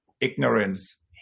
ignorance